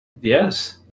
Yes